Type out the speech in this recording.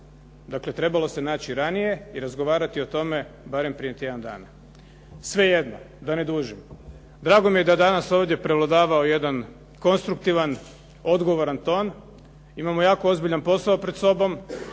Dakle, trebalo se naći ranije i razgovarati o tome barem prije tjedan dana. Svejedno, da ne dužim drago mi je da je danas ovdje prevladavao jedan konstruktivan, odgovoran ton. Imamo jako ozbiljan posao pred sobom,